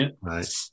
right